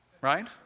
right